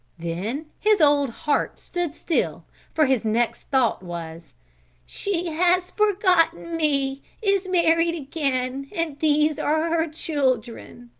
then his old heart stood still for his next thought was she has forgotten me, is married again and these are her children.